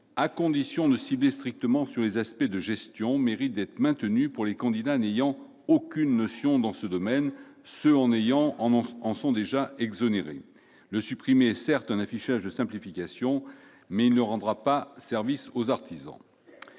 à condition de le cibler strictement sur les aspects relatifs à la gestion, mérite d'être maintenu pour les candidats n'ayant aucune notion dans ce domaine ; les autres en sont déjà exonérés. Sa suppression offre, certes, un affichage de simplification, mais elle ne rendrait pas service aux artisans.